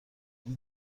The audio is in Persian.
این